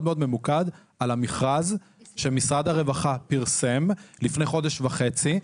ממוקד על המכרז שמשרד הרווחה פרסם לפני חודש וחצי,